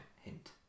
hint